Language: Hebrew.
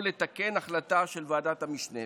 או לתקן החלטה של ועדת המשנה.